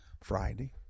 Friday